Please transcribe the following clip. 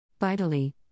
Vitally